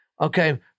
Okay